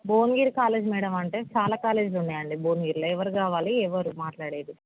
Bhuvanagiri college madam అంటే చాలా కాలేజీలు ఉన్నాయండి భువనగిరిలో ఎవరు కావాలి ఎవరు మాట్లాడేది